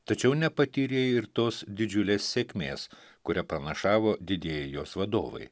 tačiau nepatyrė ir tos didžiulės sėkmės kurią pranašavo didieji jos vadovai